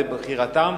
זאת בחירתם.